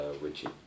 Richie